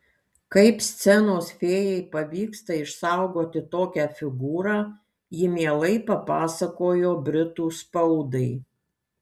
kaip scenos fėjai pavyksta išsaugoti tokią figūrą ji mielai papasakojo britų spaudai